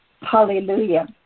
hallelujah